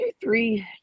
three